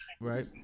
right